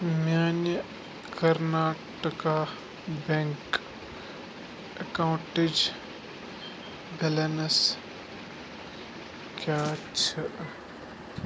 میانہِ کرناٹکا بیٚنٛک اٮ۪کاونٹٕچ بیلنس کیٛاہ چھِ